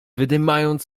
wydymając